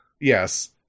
yes